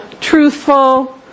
truthful